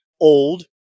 old